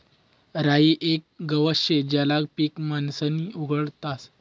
राई येक गवत शे ज्याले पीक म्हणीसन उगाडतस